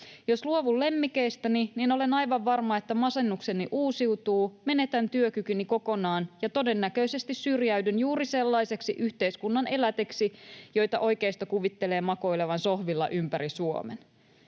Jos luovun lemmikeistäni, niin olen aivan varma, että masennukseni uusiutuu, menetän työkykyni kokonaan ja todennäköisesti syrjäydyn juuri sellaiseksi yhteiskunnan elätiksi, joita oikeisto kuvittelee makoilevan sohvilla ympäri Suomen.